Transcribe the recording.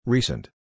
Recent